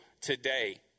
today